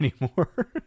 anymore